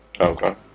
Okay